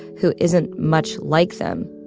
who isn't much like them